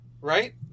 Right